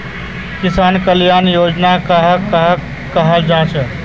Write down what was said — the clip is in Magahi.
किसान कल्याण योजना कहाक कहाल जाहा जाहा?